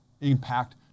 impact